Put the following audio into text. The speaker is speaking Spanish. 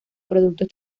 productos